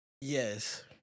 Yes